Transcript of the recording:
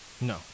No